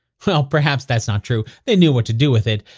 well, perhaps that's not true. they knew what to do with it.